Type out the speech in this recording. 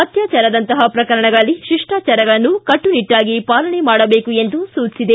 ಅತ್ಯಾಚಾರದಂತಹ ಪ್ರಕರಣಗಳಲ್ಲಿ ಶಿಷ್ಣಾಚಾರಗಳನ್ನು ಕಟ್ಟುನಿಟ್ಲಾಗಿ ಪಾಲನೆ ಮಾಡಬೇಕು ಎಂದು ಸೂಚಿಸಿದೆ